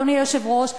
אדוני היושב-ראש,